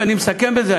ואני מסכם בזה,